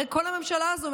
הרי כל הממשלה הזו,